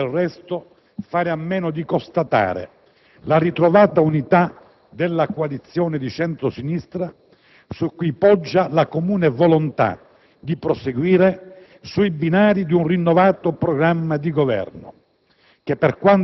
Non si può del resto fare a meno di constatare la ritrovata unità della coalizione di centro-sinistra su cui poggia la comune volontà di proseguire sui binari di un rinnovato programma di Governo